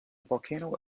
volcano